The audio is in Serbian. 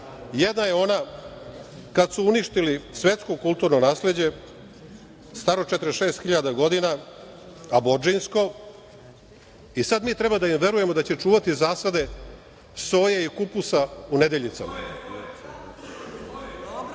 Jedna je ona kad su uništili svetsko kulturno nasleđe staro 46 hiljada godina, aboridžinsko, i sada mi treba da im verujemo da će čuvati zasade soje i kupusa u Nedeljicama.